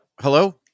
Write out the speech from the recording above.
Hello